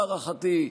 להערכתי,